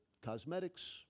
Cosmetics